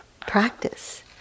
practice